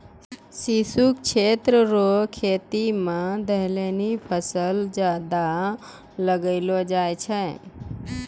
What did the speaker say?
शुष्क क्षेत्र रो खेती मे दलहनी फसल ज्यादा लगैलो जाय छै